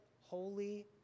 holy